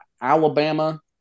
Alabama